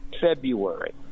February